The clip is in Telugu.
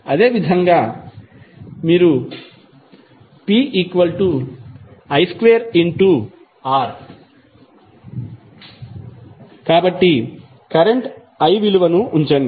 అదేవిధంగాpi2R కాబట్టి కరెంట్ i విలువను ఉంచండి